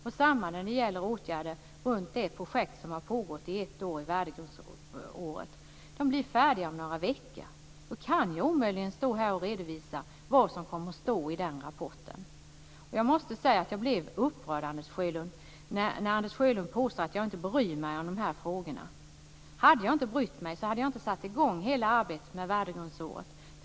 Detsamma gäller åtgärder i fråga om det projekt som har pågått i ett år, Värdegrundsåret. De blir färdiga om några veckor. Då kan jag omöjligen stå här och redovisa vad som kommer att stå i den rapporten. Jag måste säga att jag blev upprörd när Anders Sjölund påstod att jag inte bryr mig om dessa frågor. Om jag inte hade brytt mig hade jag inte satt i gång hela arbetet med Värdegrundsåret.